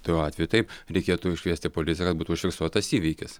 tuo atveju taip reikėtų iškviesti policiją kad būtų užfiksuotas įvykis